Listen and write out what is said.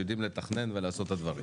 שנדע לתכנן ולעשות את הדברים,